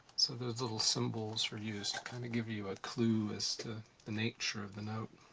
so those little symbols were used to kind of give you you a clue as to the nature of the note.